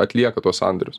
atlieka tuos sandorius